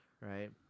right